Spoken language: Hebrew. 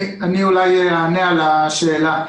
אני אענה על השאלה.